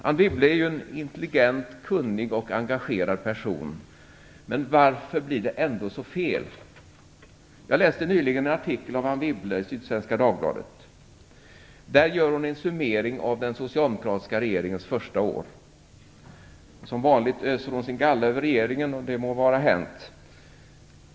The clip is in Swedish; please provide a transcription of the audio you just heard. Anne Wibble är en intelligent, kunnig och engagerad person, men varför blir det ändå så fel? Jag läste nyligen en artikel om Anne Wibble i Sydsvenska Dagbladet. Där gjorde hon en summering av den socialdemokratiska regeringens första år. Som vanligt öser hon sin galla över regeringen, och det må vara hänt.